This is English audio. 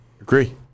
Agree